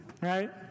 right